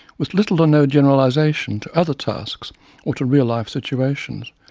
with little or no generalization to other tasks or to real life situations.